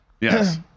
Yes